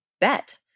bet